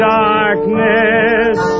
darkness